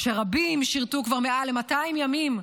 כשרבים שירתו כבר למעלה מ-200 ימים,